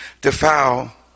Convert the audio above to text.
defile